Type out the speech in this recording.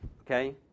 okay